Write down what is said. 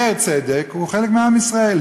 גר צדק הוא חלק מעם ישראל.